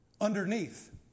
underneath